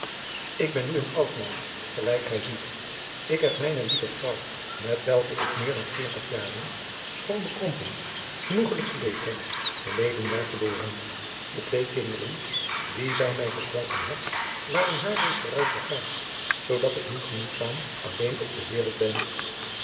ik ben nu een oud man gelijk gij ziet ik heb mijne lieve vrouw met welke ik meer adriaan loosjes pzn het leven van maurits lijnslager dan veertig jaren schoon bekrompen genoegelijk geleefd heb verleden jaar verloren de twee kinderen die zij mij geschonken had waren haar reeds vooruit gegaan zoodat ik nu genoegzaam alleen op de wereld ben